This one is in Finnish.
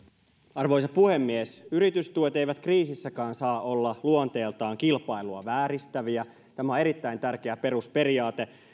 arvoisa puhemies yritystuet eivät kriisissäkään saa olla luonteeltaan kilpailua vääristäviä tämä on erittäin tärkeä perusperiaate